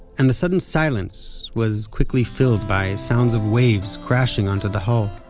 and the sudden silence was quickly filled by sounds of waves crashing onto the hull